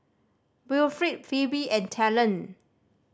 Wilfrid Phebe and Talen